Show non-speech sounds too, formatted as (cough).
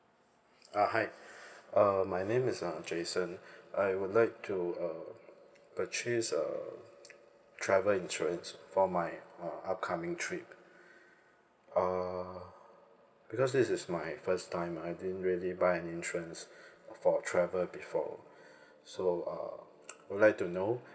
uh hi uh my name is uh jason I would like to uh purchase a travel insurance for my uh upcoming trip err because this is my first time I didn't really buy any insurance for travel before so uh (noise) would like to know